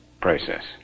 process